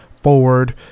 forward